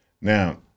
now